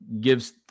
gives